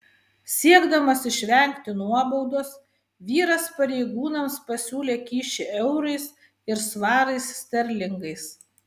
siekdamas išvengti nuobaudos vyras pareigūnams pasiūlė kyšį eurais ir svarais sterlingais